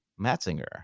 Matzinger